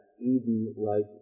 Eden-like